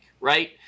right